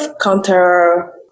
counter